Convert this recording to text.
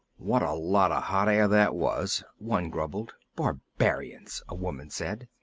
what a lot of hot air that was, one grumbled. barbarians! a woman said.